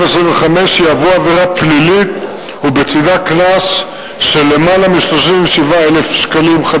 25 תיחשב עבירה פלילית ובצדה קנס של יותר מ-37,000 ש"ח.